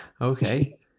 Okay